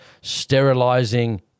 sterilizing